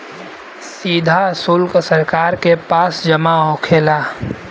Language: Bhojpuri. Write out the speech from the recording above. सीधा सुल्क सरकार के पास जमा होखेला